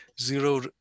zero